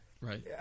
right